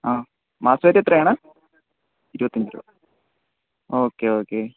ആ മാസമായിട്ടെത്രയാണ് ഇരുപത്തഞ്ചോ ഓക്കെ ഓക്കെ